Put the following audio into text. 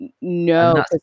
No